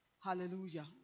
Hallelujah